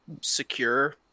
secure